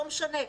זה לא משנה.